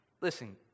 Listen